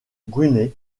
brunei